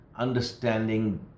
understanding